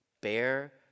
bear